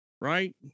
right